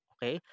Okay